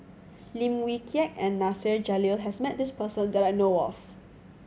Lim Wee Kiak and Nasir Jalil has met this person that I know of